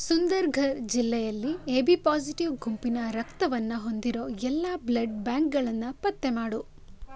ಸುಂದರ್ಘರ್ ಜಿಲ್ಲೆಯಲ್ಲಿ AB positive ಗುಂಪಿನ ರಕ್ತವನ್ನು ಹೊಂದಿರೋ ಎಲ್ಲ ಬ್ಲಡ್ ಬ್ಯಾಂಕ್ಗಳನ್ನು ಪತ್ತೆ ಮಾಡು